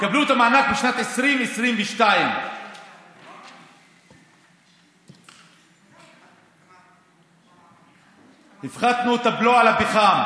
יקבלו את המענק בשנת 2022. הפחתנו את הבלו על הפחם,